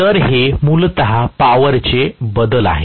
तर हे मूलत पॉवरचे बदल आहे